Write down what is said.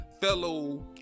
fellow